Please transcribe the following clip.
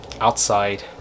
outside